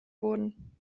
wurden